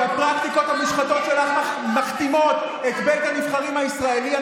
והפרקטיקות המושחתות שלך מכתימות את בית הנבחרים הישראלי.